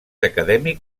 acadèmic